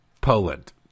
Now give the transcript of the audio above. Poland